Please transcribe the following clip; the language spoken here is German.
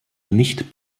nicht